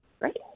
Right